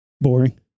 boring